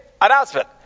announcement